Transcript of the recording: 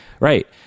Right